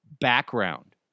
background